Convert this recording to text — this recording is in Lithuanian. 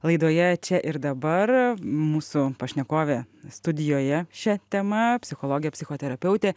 laidoje čia ir dabar mūsų pašnekovė studijoje šia tema psichologė psichoterapeutė